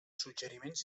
suggeriments